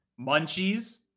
Munchies